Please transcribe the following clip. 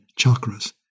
chakras